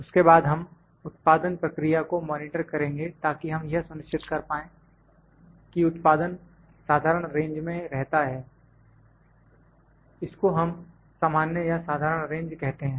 उसके बाद हम उत्पादन प्रक्रिया को मॉनिटर करेंगे ताकि हम यह सुनिश्चित कर पाए कि उत्पादन साधारण रेंज में रहता है इसको हम सामान्य या साधारण रेंज कहते हैं